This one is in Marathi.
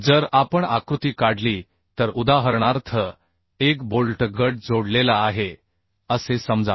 जर आपण आकृती काढली तर उदाहरणार्थ एक बोल्ट गट जोडलेला आहे असे समजा